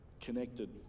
connected